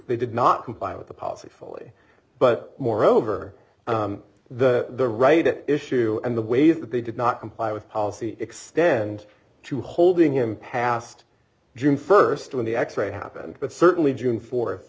they did not comply with the policy fully but moreover the right at issue and the way that they did not comply with policy extends to holding him past june first when the x ray happened but certainly june fourth